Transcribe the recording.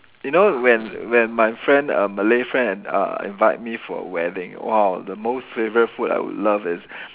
you know when when my friend uh Malay friend and uh invite me for a wedding !wow! the most favourite food I would love is